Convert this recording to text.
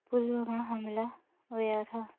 पुलवामा हमला होएआ हा